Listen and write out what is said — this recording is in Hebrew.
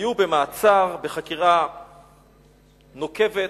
היו במעצר בחקירה נוקבת,